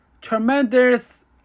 tremendous